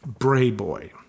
Brayboy